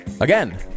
Again